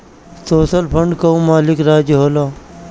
social fund कअ मालिक राज्य होला